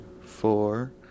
four